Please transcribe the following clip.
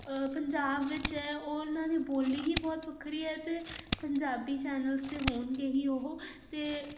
ਪੰਜਾਬ ਵਿੱਚ ਹੈ ਉਹਨਾਂ ਦੀ ਬੋਲੀ ਹੀ ਬਹੁਤ ਵੱਖਰੀ ਹੈ ਅਤੇ ਪੰਜਾਬੀ ਚੈਨਲਸ ਤਾਂ ਹੋਣਗੇ ਹੀ ਉਹ ਅਤੇ